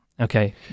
okay